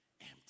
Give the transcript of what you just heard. empty